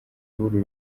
w’uru